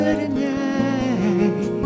tonight